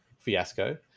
Fiasco